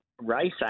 race